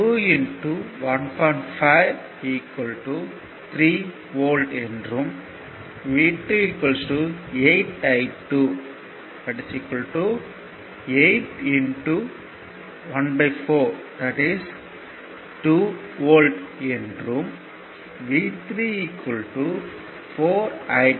5 3 volt volt என்றும் V2 8 I2 8 ¼ 2 volt volt என்றும் V3 4 I3 4 1